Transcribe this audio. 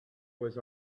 was